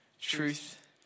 Truth